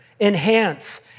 enhance